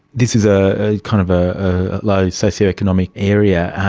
this is ah a kind of ah low socio-economic area,